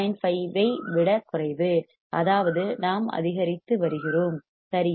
5 ஐ விடக் குறைவு அதாவது நாம் அதிகரித்து வருகிறோம் சரியா